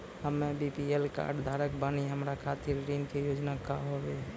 हम्मे BPL card धारक बानि हमारा खातिर ऋण के योजना का होव हेय?